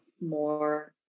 more